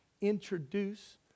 introduce